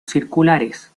circulares